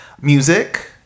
music